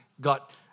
got